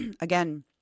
again